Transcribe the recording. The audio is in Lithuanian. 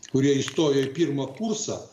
kurie įstojo į pirmą kursą